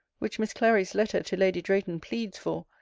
which miss clary's letter to lady drayton pleads for,